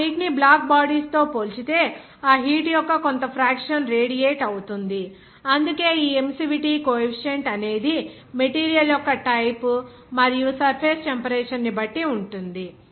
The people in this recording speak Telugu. ఆ హీట్ ని బ్లాక్ బాడీస్ తో పోల్చితే ఆ హీట్ యొక్క కొంత ఫ్రాక్షన్ రేడియేట్ అవుతుంది అందుకే ఈ ఎమిసివిటీ కోఎఫీసియంట్ అనేది మెటీరియల్ యొక్క టైపు మరియు సర్ఫేస్ టెంపరేచర్ ని బట్టి ఉంటుంది